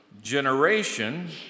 generation